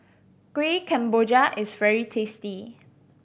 Kueh Kemboja is very tasty